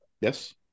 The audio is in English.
Yes